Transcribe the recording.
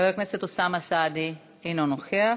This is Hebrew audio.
חבר הכנסת אוסאמה סעדי, אינו נוכח,